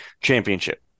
championship